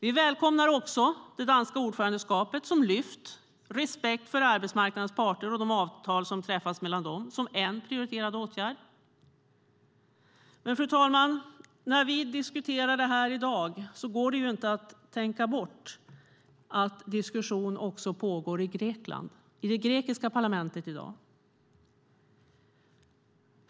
Vi välkomnar att det danska ordförandeskapet lyft fram respekten för arbetsmarknadens parter och de avtal som träffas mellan dessa som en prioriterad åtgärd. Fru talman! När vi här i dag diskuterar går det inte att tänka bort att diskussioner i dag pågår också i det grekiska parlamentet.